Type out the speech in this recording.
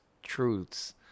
truths